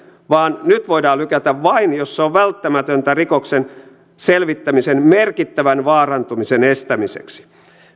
vaan nyt voidaan lykätä vain jos se on välttämätöntä rikoksen selvittämisen merkittävän vaarantumisen estämiseksi